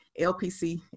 LPC